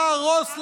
להרוס,